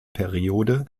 periode